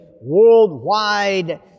worldwide